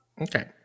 Okay